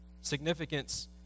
Significance